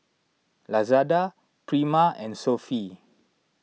Lazada Prima and Sofy